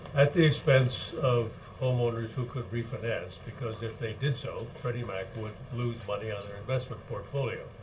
at the expense of homeowners who could refinance because if they did so, freddie mac would lose money on their investment portfolio.